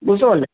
বুঝতে পারলে